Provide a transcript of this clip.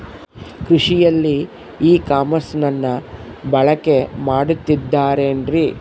ಕೃಷಿಯಲ್ಲಿ ಇ ಕಾಮರ್ಸನ್ನ ಬಳಕೆ ಮಾಡುತ್ತಿದ್ದಾರೆ ಏನ್ರಿ?